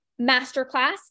masterclass